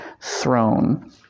throne